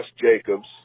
Jacobs